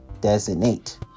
designate